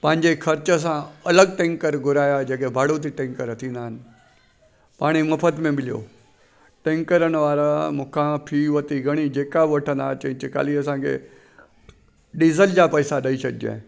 पंहिंजे ख़र्च सां अलॻि टैंकर घुराया जेके भाड़ो ते टैंकर थींदा इन पाणी मुफ़्त में मिलियो टैंकरनि वारा मूंखां फी वरिती घणी जेका वठंदा चए चकाली असांखे डीज़ल जा पैसा ॾेई छॾिजे